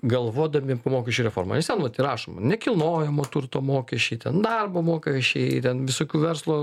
galvodami apie mokesčių reformą nes ten vat ir rašoma nekilnojamo turto mokesčiai ten darbo mokesčiai ten visokių verslo